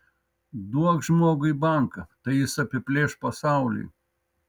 duok žmogui banką tai jis apiplėš pasaulį